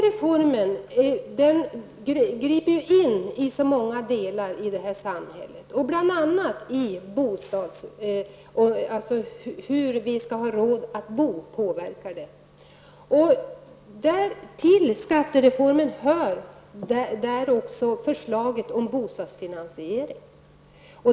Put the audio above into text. Reformen griper in i så många delar av samhället, bl.a. påverkar den utgifterna för våra bostäder. Till skattereformen hör också förslaget om bostadsfinansiering.